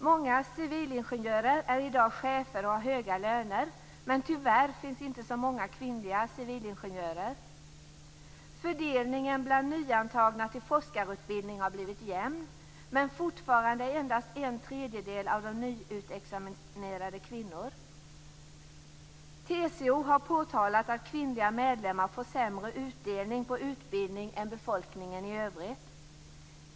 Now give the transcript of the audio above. Många civilingenjörer är i dag chefer och har höga löner, men tyvärr finns det inte så många kvinnliga civilingenjörer. Fördelningen bland nyantagna till forskarutbildning har blivit jämn. Men fortfarande är endast en tredjedel av de nyutexaminerade kvinnor. TCO har påtalat att kvinnliga medlemmar får sämre utdelning på utbildningen än befolkningen i övrigt.